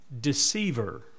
deceiver